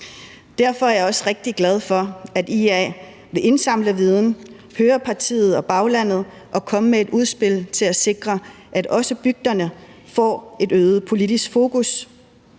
Derfor er jeg også rigtig glad for, at IA vil indsamle viden, høre partiet og baglandet og komme med et udspil til at sikre, at også bygderne får et øget politisk fokus.